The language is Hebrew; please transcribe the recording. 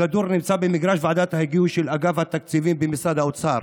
הכדור נמצא במגרש ועדת ההיגוי של אגף התקציבים במשרד האוצר.